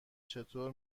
چطور